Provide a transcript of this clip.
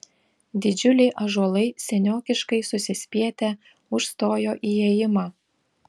didžiuliai ąžuolai seniokiškai susispietę užstojo įėjimą